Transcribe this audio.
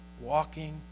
walking